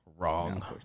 Wrong